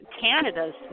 Canada's